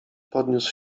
podniósł